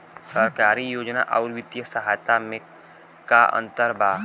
सरकारी योजना आउर वित्तीय सहायता के में का अंतर बा?